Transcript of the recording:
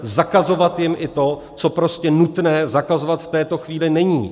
Zakazovat jim i to, co prostě nutné zakazovat v této chvíli není.